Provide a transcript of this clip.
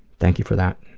thank you for that.